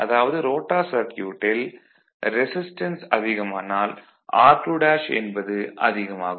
அதாவது ரோட்டார் சர்க்யூட்டில் ரெசிஸ்டன்ஸ் அதிகமானால் r2 என்பது அதிகமாகும்